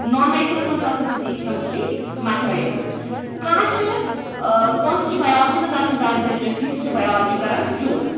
نان medicals مَنٛز چھِ آسان فِزِکٕس کیٚمِسٹرٛی میتھَمیٚٹکٕس کانٛہہ چھُ ٲں کٲنٛسہِ چھُ بیالجی مَنٛز آسان زیادٕ دِلچسپی سُہ چھُ بیالجی کران چٛیوٗز